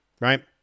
right